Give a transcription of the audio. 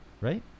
Right